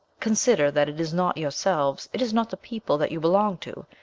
consider that it is not yourselves, it is not the people that you belong to,